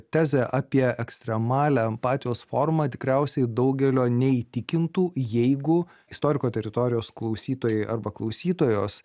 tezė apie ekstremalią empatijos formą tikriausiai daugelio neįtikintų jeigu istoriko teritorijos klausytojai arba klausytojos